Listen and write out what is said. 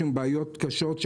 יש בעיות קשות,